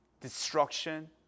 destruction